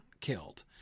killed